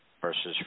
versus